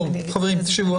תקשיבו.